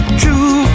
true